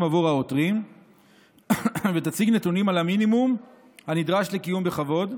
עבור העותרים ותציג נתונים על המינימום הנדרש לקיום בכבוד,